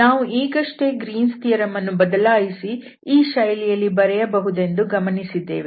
ನಾವು ಈಗಷ್ಟೇ Green's theorem Green's theorem ಅನ್ನು ಬದಲಾಯಿಸಿ ಈ ಶೈಲಿಯಲ್ಲಿ ಬರೆಯಬಹುದೆಂದು ಗಮನಿಸಿದ್ದೇವೆ